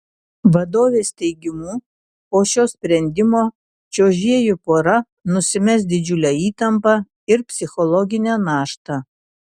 vadovės teigimu po šio sprendimo čiuožėjų pora nusimes didžiulę įtampą ir psichologinę naštą